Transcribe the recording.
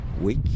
week